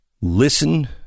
Listen